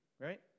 right